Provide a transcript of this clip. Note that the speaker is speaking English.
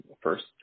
first